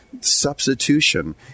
substitution